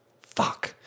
fuck